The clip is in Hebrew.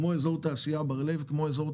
כמו למשל אזורי התעשייה בר לב וצח"ר.